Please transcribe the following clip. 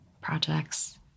projects